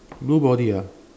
blue body ah